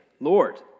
Lord